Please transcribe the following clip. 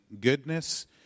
goodness